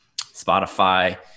Spotify